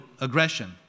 aggression